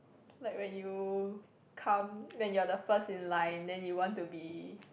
like when you come when you're the first in line then you want to be